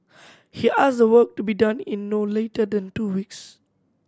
he asked the work to be done in no later than two weeks